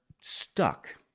stuck